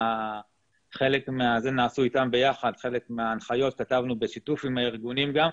חלק מההנחיות כתבנו בשיתוף עם הארגונים גם.